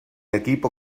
equipo